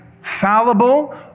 fallible